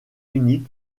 unique